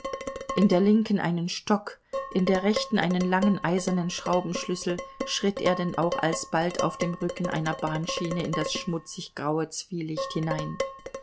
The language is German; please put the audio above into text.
in der linken einen stock in der rechten einen langen eisernen schraubschlüssel schritt er denn auch alsbald auf dem rücken einer bahnschiene in das schmutzig graue zwielicht hinein